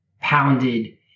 pounded